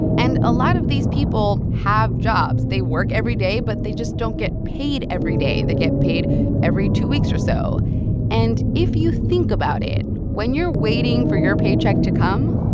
and a lot of these people have jobs. they work every day, but they just don't get paid every day. they get paid every two weeks or so and if you think about it, when you're waiting for your paycheck to come,